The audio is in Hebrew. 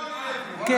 סליחה.